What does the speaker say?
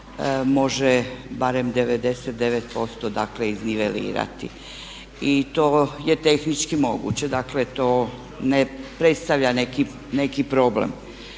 može barem 99% dakle iznivelirati i to je tehnički moguće, dakle to ne predstavlja neki problem.